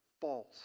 False